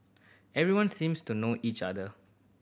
everyone seems to know each other